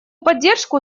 поддержку